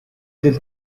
del